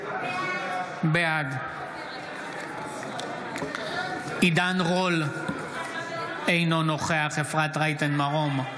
בעד עידן רול, אינו נוכח אפרת רייטן מרום,